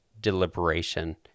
deliberation